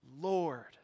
Lord